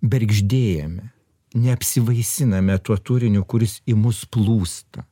bergždėjame neapsivaisiname tuo turiniu kuris į mus plūsta